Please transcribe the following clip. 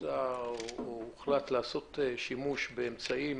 הוחלט לעשות שימוש באמצעים